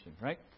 right